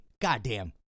goddamn